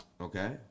okay